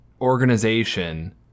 organization